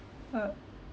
oh